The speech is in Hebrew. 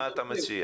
מה אתה מציע?